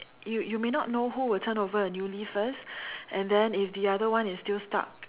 you you may not know who will turn over a new leaf first and then if the other one is still stuck